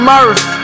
Murph